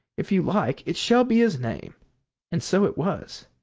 if you like it shall be his name and so it was.